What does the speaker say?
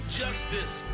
justice